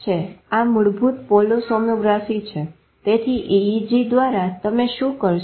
આ મૂળભૂત પોલીસોમોગ્રાફી છે તેથી EEG દ્વારા તમે શું કરશો